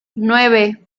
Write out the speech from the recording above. nueve